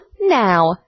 now